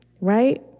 right